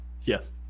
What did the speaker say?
Yes